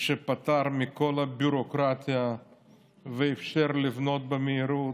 שפטר מכל הביורוקרטיה ואפשר לבנות במהירות,